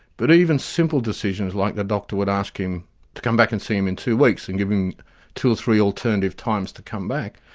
but even simple decisions, like the doctor would ask him to come back and see him in two weeks and give him two or three alternative times to come back,